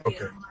Okay